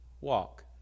walk